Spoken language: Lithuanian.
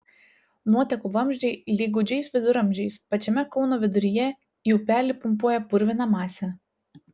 nuotekų vamzdžiai lyg gūdžiais viduramžiais pačiame kauno viduryje į upelį pumpuoja purviną masę